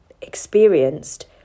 experienced